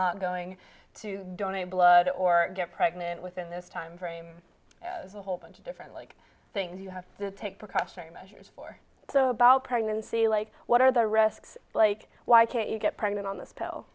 not going to donate blood or get pregnant within this time frame a whole bunch of different like things you have to take precautionary measure so about pregnancy like what are the risks like why can't you get pregnant on this pill